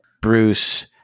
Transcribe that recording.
Bruce